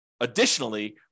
additionally